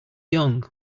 young